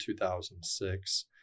2006